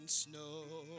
snow